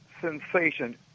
sensation